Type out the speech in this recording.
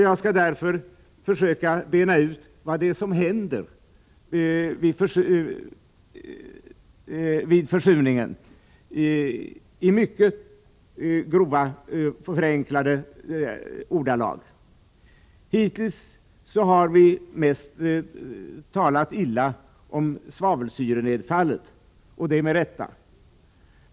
Jag skall därför i mycket grovt förenklade ordalag försöka bena ut vad det är som händer vid försurningen. Hittills har vi mest talat illa om svavelsyrenedfallet, och det med rätta.